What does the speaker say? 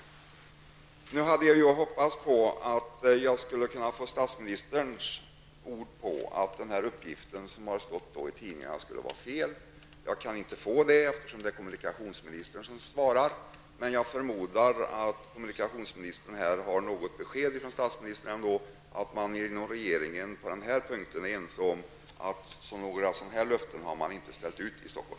Jag hade hoppats att få statsministerns ord på att tidningsuppgiften var felaktig. Det kan jag inte få, eftersom det är kommunikationsministern som svarar. Men jag förmodar att kommunikationsministern ändå har något besked från statsministern om att man inom regeringen är ense om att man inte har gjort några sådana utfästelser till Stockholm.